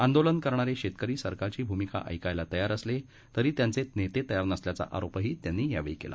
आंदोलन करणारे शेतकरी सरकारची भूमिका ऐकायला तयार असले तरी त्यांचे नेते तयार नसल्याचा आरोपही त्यांनी केला